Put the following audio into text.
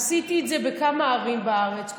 עשיתי את זה בכמה ערים בארץ.